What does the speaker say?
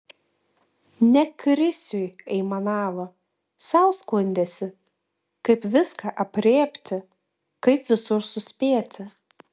ne krisiui aimanavo sau skundėsi kaip viską aprėpti kaip visur suspėti